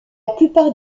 plupart